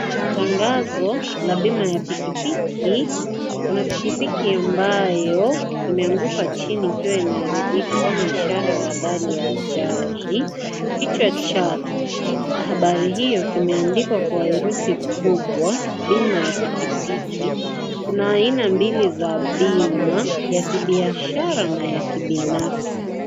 Tangazo la bima ya pikipiki. Kuna pikipiki ambayo imeanguka chini ikiwa imeharibika kama ishara ya habari ya ajali. Kichwa cha habari hiyo kimeandikwa kwa herufi kubwa, BIMA YA PIKIPIKI. Kuna aina mbili ya BIMA, kuna ya kibiashara na ya kibinafsi.